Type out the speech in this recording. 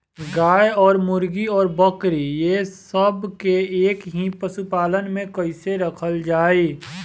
गाय और मुर्गी और बकरी ये सब के एक ही पशुपालन में कइसे रखल जाई?